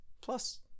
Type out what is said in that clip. plus